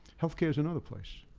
healthcare's another place.